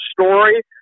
story